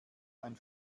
ein